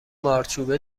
مارچوبه